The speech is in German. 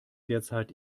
derzeit